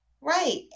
right